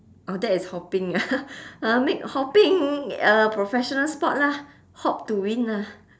orh that is hopping ah uh make hopping a professional sport lah hop to win